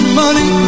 money